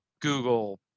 Google